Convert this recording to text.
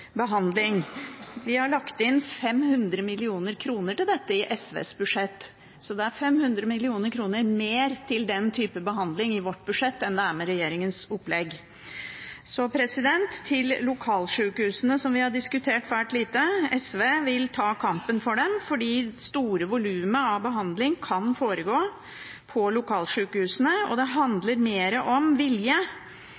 behandling. Vi har lagt inn 500 mill. kr til dette i SVs budsjett, så det er 500 mill. kr mer til den typen behandling i vårt budsjett enn det er med regjeringens opplegg. Så til lokalsykehusene, som vi har diskutert svært lite. SV vil ta kampen opp for dem, for det store volumet av behandling kan foregå på lokalsykehusene. Det handler om vilje og